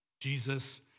Jesus